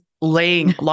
laying